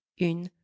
une